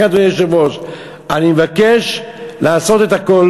לכן, אדוני היושב-ראש, אני מבקש לעשות הכול